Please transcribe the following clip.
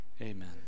Amen